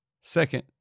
Second